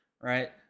right